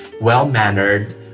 well-mannered